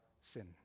sin